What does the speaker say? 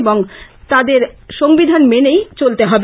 তাই তাদের সংবিধান মেনেই চলতে হবে